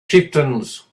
chieftains